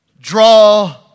draw